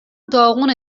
داغونه